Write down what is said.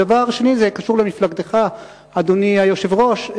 דבר שני, קשור למפלגתך, אדוני היושב-ראש.